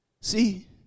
See